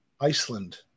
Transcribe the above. Iceland